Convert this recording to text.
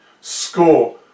score